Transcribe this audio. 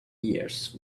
years